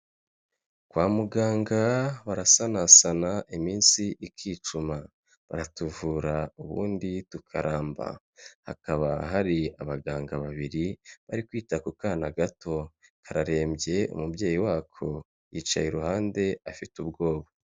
Kwa muganga barasanasana iminsi ikicuma baratuvura ubundi tukaramba, hakaba hari abaganga babiri bari kwita ku kana gato kararembye, umubyeyi wako yicaye iruhande afite ubwoba.